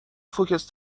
فوکس